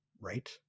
right